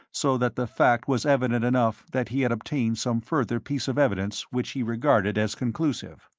so that the fact was evident enough that he had obtained some further piece of evidence which he regarded as conclusive.